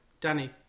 Danny